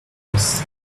voice